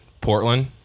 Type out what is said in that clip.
Portland